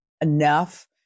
enough